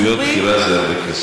זכויות בנייה זה הרבה כסף.